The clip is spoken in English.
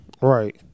Right